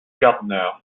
gardner